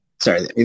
Sorry